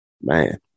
Man